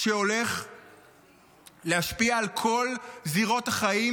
שהולך להשפיע על כל זירות החיים,